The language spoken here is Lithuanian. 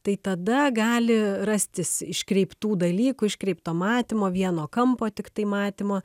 tai tada gali rastis iškreiptų dalykų iškreipto matymo vieno kampo tiktai matymo